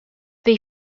they